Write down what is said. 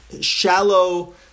shallow